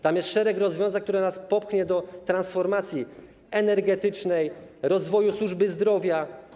Tam jest szereg rozwiązań, które nas popchną do transformacji energetycznej, rozwoju służby zdrowia.